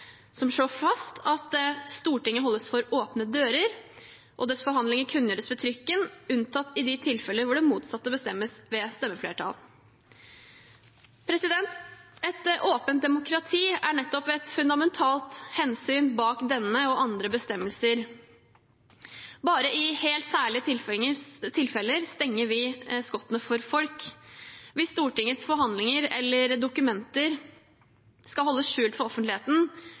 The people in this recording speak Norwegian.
som slår fast: «Stortinget holdes for åpne dører, og dets forhandlinger kunngjøres ved trykken, unntatt i de tilfeller hvor det motsatte bestemmes ved stemmeflertall.» Et åpent demokrati er nettopp et fundamentalt hensyn bak denne og andre bestemmelser. Bare i helt særlige tilfeller stenger vi skottene for folk. Hvis Stortingets forhandlinger eller dokumenter skal holdes skjult for offentligheten,